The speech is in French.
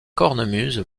cornemuse